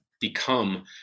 become